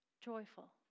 joyful